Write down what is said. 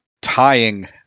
tying